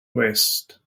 west